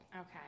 Okay